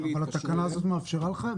אבל התקנה הזאת מאפשרת לך את זה?